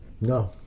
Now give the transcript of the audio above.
No